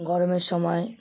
গরমের সময়